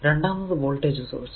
രണ്ടാമത് voltage source